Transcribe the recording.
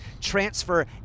transfer